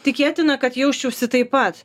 tikėtina kad jausčiausi taip pat